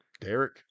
Derek